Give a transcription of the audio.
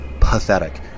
pathetic